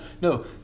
No